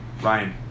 Ryan